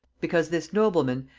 because this nobleman,